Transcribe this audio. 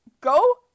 go